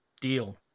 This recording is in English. deal